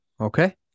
Okay